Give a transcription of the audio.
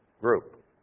group